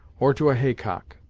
or to a hay-cock.